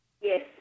Yes